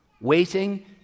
waiting